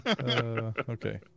okay